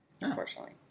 unfortunately